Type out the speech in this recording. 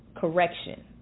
correction